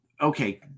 okay